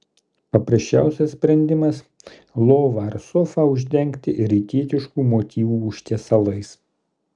paprasčiausias sprendimas lovą ar sofą uždengti rytietiškų motyvų užtiesalais